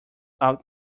out